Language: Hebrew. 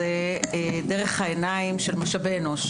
אורנה,